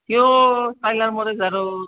কিয় ফাইলা মৰে জাৰত